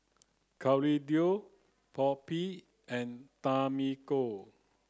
Claudio and Tamiko